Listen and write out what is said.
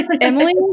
emily